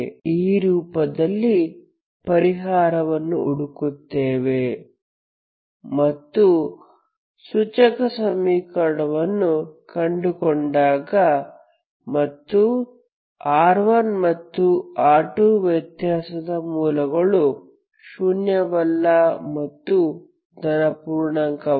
ಈ ರೂಪದಲ್ಲಿ ಪರಿಹಾರವನ್ನು ಹುಡುಕುತ್ತೇವೆ ಮತ್ತು ಸೂಚಕ ಸಮೀಕರಣವನ್ನು ಕಂಡುಕೊಂಡಾಗ ಮತ್ತು r1 ಮತ್ತು r2 ವ್ಯತ್ಯಾಸದ ಮೂಲಗಳು ಶೂನ್ಯವಲ್ಲ ಮತ್ತು ಧನ ಪೂರ್ಣಾಂಕವಲ್ಲ